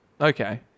Okay